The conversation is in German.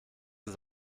das